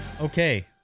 Okay